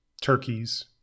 turkeys